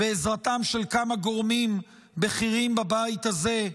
בעזרתם של כמה גורמים בכירים בבית הזה,